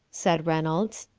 said reynolds.